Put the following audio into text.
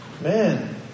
Man